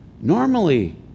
normally